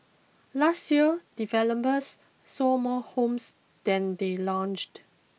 last year developers sold more homes than they launched